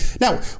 now